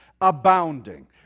Abounding